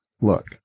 look